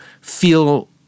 feel